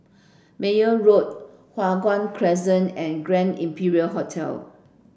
Meyer Road Hua Guan Crescent and Grand Imperial Hotel